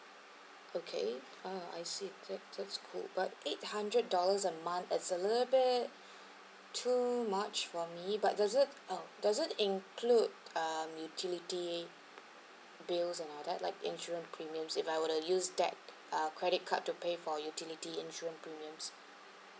okay uh I see okay that that's cool but eight hundred dollars a month is a little bit too much for me but does it uh does it include um utility bills and all that like insurance premiums if I were to use that uh credit card to pay for utility insurance premiums